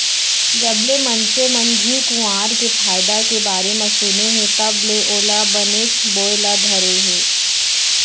जबले मनसे मन घींव कुंवार के फायदा के बारे म सुने हें तब ले ओला बनेच बोए ल धरे हें